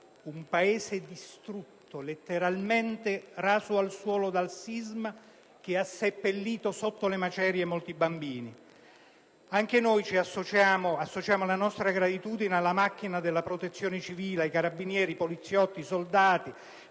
un paese distrutto, letteralmente raso al suolo dal sisma che ha seppellito sotto le macerie molti bambini. Anche noi associamo la nostra gratitudine alla macchina della Protezione civile, ai carabinieri, ai poliziotti, ai soldati,